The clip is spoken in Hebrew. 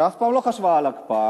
שאף פעם לא חשבה על הקפאה,